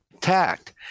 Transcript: tact